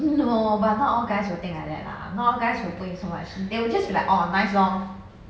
no but not all guys will think like that lah not all guys will put in so much they will just be like orh nice lor